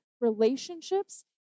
relationships